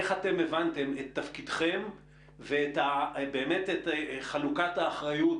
איך אתם הבנתם את תפקידכם ובאמת את חלוקת האחריות